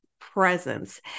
presence